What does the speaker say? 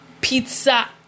pizza